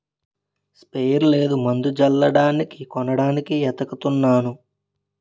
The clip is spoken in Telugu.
స్పెయర్ లేదు మందు జల్లడానికి కొనడానికి ఏతకతన్నాను